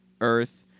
Earth